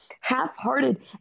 half-hearted